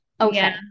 Okay